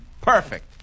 Perfect